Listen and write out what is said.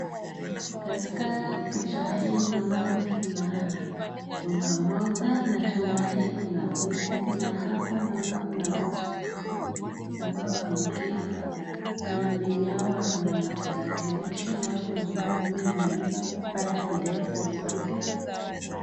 Katika picha hili naona kuna chumba moja, chumba hii kuna viti na hapa naona kuna watu wawili, ambao wameketi na mbele yao wakona matarakilishi na hapo juu naona imeandikwa pata birth certificate .